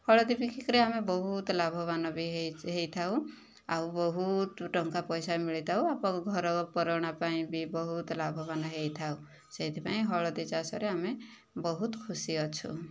ହଳଦୀ ବିକି କରି ଆମେ ବହୁତ ଲାଭବାନ ବି ହୋଇଥାଉ ଆଉ ବହୁତ ଟଙ୍କା ପଇସା ମିଳିଥାଉ ଘରକରଣା ପାଇଁ ବି ବହୁତ ଲାଭବାନ ହୋଇଥାଉ ସେଥିପାଇଁ ହଳଦୀ ଚାଷରେ ଆମେ ବହୁତ ଖୁସି ଅଛୁ